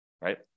right